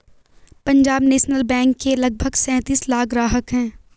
Punjab national bank के लगभग सैंतीस लाख ग्राहक हैं